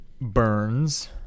Burns